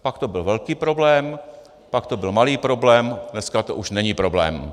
Pak to byl velký problém, pak to byl malý problém, dneska to už není problém.